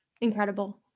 incredible